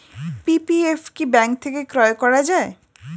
PPF কি bank থেকে ক্রয় করা যায়?